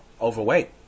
overweight